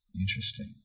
Interesting